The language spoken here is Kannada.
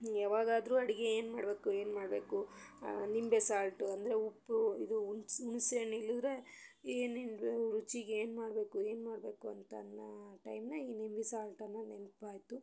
ಯಾವಾಗಾದ್ರೂ ಅಡಿಗೆ ಏನ್ಮಾಡ್ಬೇಕು ಏನ್ಮಾಡ್ಬೇಕು ನಿಂಬೆ ಸಾಲ್ಟು ಅಂದರೆ ಉಪ್ಪು ಇದು ಹುಣ್ಸ್ ಹುಣ್ಸೆ ಹಣ್ ಇಲ್ಲಾದ್ರೇ ಏನು ಹಿಂಡ್ರೆ ರುಚಿಗೆ ಏನ್ಮಾಡ್ಬೇಕು ಏನ್ಮಾಡ್ಬೇಕು ಅಂತನ್ನೋ ಟೈಮ್ನಾಗ ಈ ನಿಂಬೆ ಸಾಲ್ಟನ್ನೋ ನೆನಪಾಯ್ತು